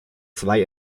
zwei